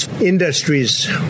industries